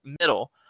middle